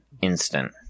instant